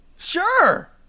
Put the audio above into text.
sure